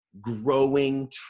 growing